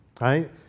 right